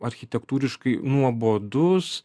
architektūriškai nuobodus